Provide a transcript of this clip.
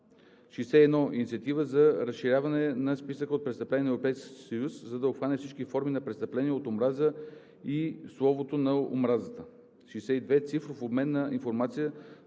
61. Инициатива за разширяване на списъка на престъпленията на Европейския съюз, за да обхване всички форми на престъпления от омраза и словото на омразата. 62. Цифров обмен на информация